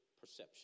perception